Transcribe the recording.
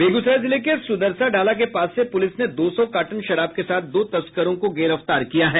बेगूसराय जिले के सुरदसा ढ़ाला के पास से पुलिस ने दो सौ कार्टन शराब के साथ दो तस्करों को गिरफ्तार किया है